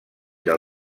del